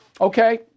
Okay